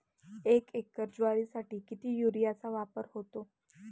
एक एकर ज्वारीसाठी किती युरियाचा वापर होतो?